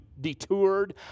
detoured